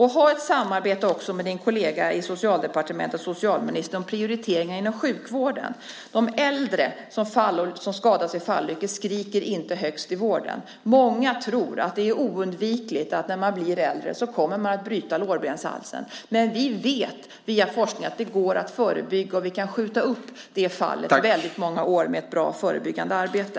Ha också ett samarbete med din kollega i Socialdepartementet, socialministern, om prioriteringar inom sjukvården! De äldre som skadas i fallolyckor skriker inte högst i vården. Många tror att det är oundvikligt att man kommer att bryta lårbenshalsen när man blir äldre, men vi vet via forskning att det går att förebygga. Vi kan skjuta upp det fallet väldigt många år med ett bra förebyggande arbete.